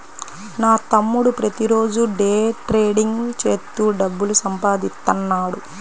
నా తమ్ముడు ప్రతిరోజూ డే ట్రేడింగ్ చేత్తూ డబ్బులు సంపాదిత్తన్నాడు